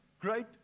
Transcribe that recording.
great